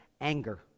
anger